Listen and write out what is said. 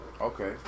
Okay